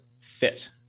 fit